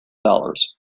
dollars